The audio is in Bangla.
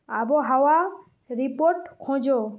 আবহাওয়া রিপোর্ট খোঁজো